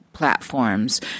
platforms